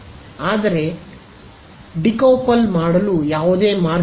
ಆದರೆ ಡಿಕೌಪಲ್ ಮಾಡಲು ಯಾವುದೇ ಮಾರ್ಗವಿಲ್ಲ